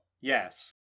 Yes